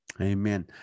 Amen